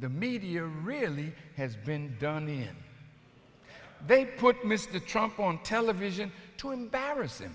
the media really has been done in they put mr trump on television to embarrass him